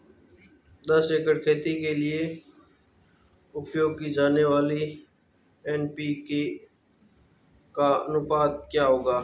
दस एकड़ खेती के लिए उपयोग की जाने वाली एन.पी.के का अनुपात क्या होगा?